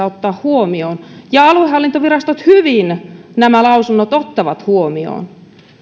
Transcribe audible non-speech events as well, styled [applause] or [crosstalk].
[unintelligible] ottaa huomioon ja aluehallintovirastot hyvin nämä lausunnot ottavat huomioon